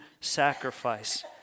sacrifice